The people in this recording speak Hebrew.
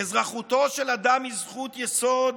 "אזרחותו של אדם היא זכות יסוד